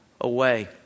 away